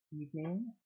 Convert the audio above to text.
evening